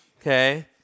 Okay